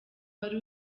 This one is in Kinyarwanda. wari